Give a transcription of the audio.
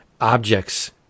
objects